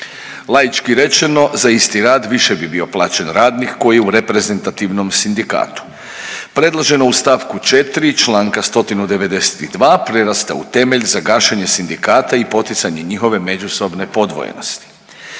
Laički rečeno za isti rad više bi bio plaćen radnik koji je u reprezentativnom sindikatu. Predloženo u stavku 4. Članka 192. prerasta u temelj za gašenje sindikata i poticanje njihove međusobne podvojenosti.